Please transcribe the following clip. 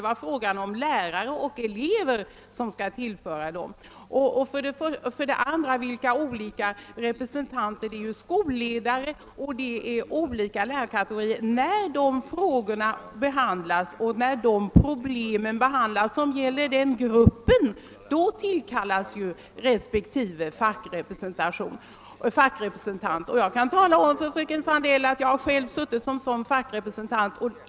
Vid behandling av en fråga eller ett problem som rör en viss grupp — skolledare eiler olika lärarkategorier — tillkallas fackrepresentanten för den gruppen. Jag kan tala om för fröken Sandell att jag själv varit sådan fackrepresentant.